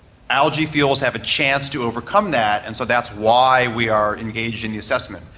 algae fuels have a chance to overcome that, and so that's why we are engaged in the assessment.